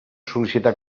sol·licitar